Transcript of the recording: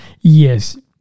Yes